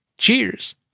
Cheers